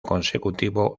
consecutivo